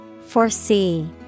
Foresee